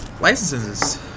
Licenses